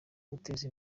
guteza